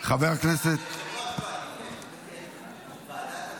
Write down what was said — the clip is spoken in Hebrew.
ועדת הפנים,